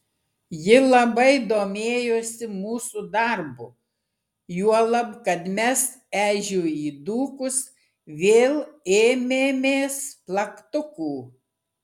ji labai domėjosi mūsų darbu juolab kad mes ežiui įdūkus vėl ėmėmės plaktukų